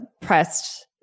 pressed